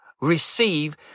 receive